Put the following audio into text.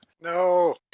No